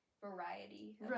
variety